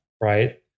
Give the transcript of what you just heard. right